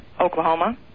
Oklahoma